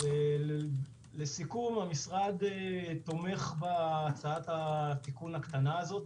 לסיכום, המשרד תומך בהצעת התיקון הקטנה הזו,